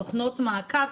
תוכנות מעקב,